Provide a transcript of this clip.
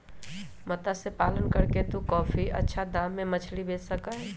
मत्स्य पालन करके तू काफी अच्छा दाम में मछली बेच सका ही